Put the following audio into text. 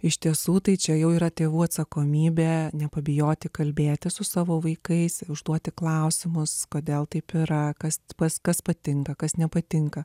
iš tiesų tai čia jau yra tėvų atsakomybė nepabijoti kalbėtis su savo vaikais užduoti klausimus kodėl taip yra kas pas kas patinka kas nepatinka